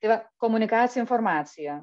tai va komunikacija informacija